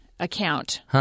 account